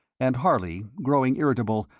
and harley, growing irritable,